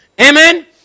Amen